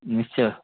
ନିଶ୍ଚୟ